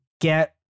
get